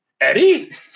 Eddie